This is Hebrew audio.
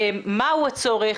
מה הוא הצורך,